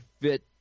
fit